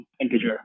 integer